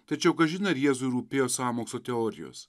tačiau kažin ar jėzui rūpėjo sąmokslo teorijos